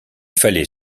fallait